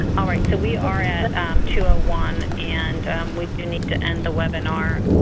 all right. so we are at two ah one and we do need to end the webinar.